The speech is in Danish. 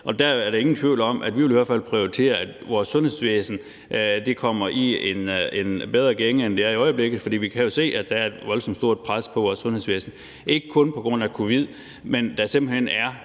Der er der ingen tvivl om, at vi i hvert fald vil prioritere, at vores sundhedsvæsen kommer i en bedre gænge, end det er i i øjeblikket, for vi kan jo se, at der er et voldsomt stort pres på vores sundhedsvæsen, ikke kun på grund af covid, men ambulancerne